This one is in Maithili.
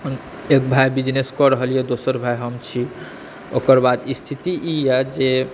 एक भाय बिजनेस कऽ रहल यऽ दोसर भाय हम छी ओकर बाद स्थिति ई हैत जे